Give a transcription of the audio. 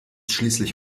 schließlich